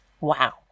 Wow